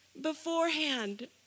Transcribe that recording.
beforehand